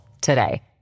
today